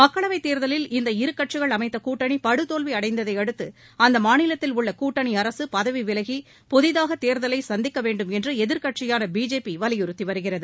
மக்களவைத் தேர்தலில் இந்த இருகட்சிகள் அமைத்த கூட்டணி படுதோல்வி அடைந்ததை அடுத்து அம்மாநிலத்தில் உள்ள கூட்டணி அரசு பதவி விலகி புதிதாக தேர்தலை சந்திக்க வேண்டுமென்று எதிர்க்கட்சியான பிஜேபி வலியுறுத்தி வருகிறது